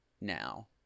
now